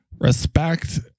respect